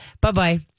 bye-bye